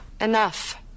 Enough